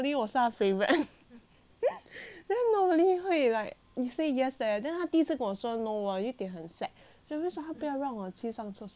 then normally 会 like you say yes eh then 他第一次跟说 no 我有一点很 sad 为什么他不要让我去上厕所 okay but nevermind